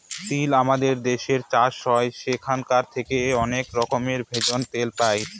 তিল আমাদের দেশে চাষ হয় সেখান থেকে অনেক রকমের ভেষজ, তেল পাই